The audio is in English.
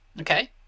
Okay